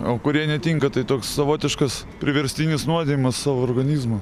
o kurie netinka tai toks savotiškas priverstinis nuodijimas savo organizmo